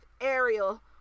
Ariel